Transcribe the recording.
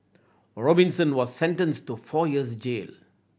Robinson was sentenced to four years jail